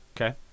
Okay